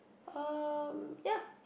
um ya